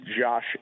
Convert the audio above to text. Josh